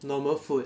normal food